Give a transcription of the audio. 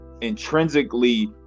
intrinsically